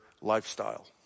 lifestyle